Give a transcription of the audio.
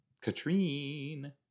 Katrine